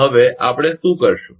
હવે આપણે શું કરીશું